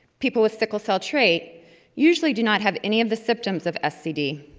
people with sickle cell trait usually do not have any of the symptoms of scd,